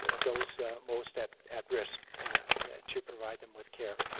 those most at at risk to provide them with care.